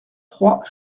trois